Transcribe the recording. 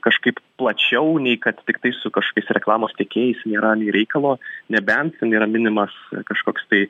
kažkaip plačiau nei kad tiktai su kažkokiais reklamos tiekėjais nėra nei reikalo nebent ten yra minimas kažkoks tai